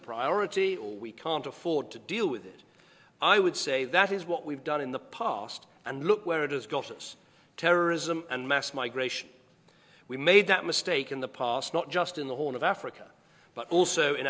priority or we can't afford to deal with it i would say that is what we've done in the past and look where it has gotten us terrorism and mass migration we made that mistake in the past not just in the horn of africa but also in